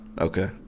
Okay